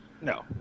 No